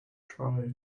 try